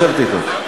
לשבת אתו?